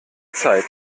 zeit